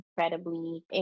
incredibly